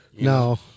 No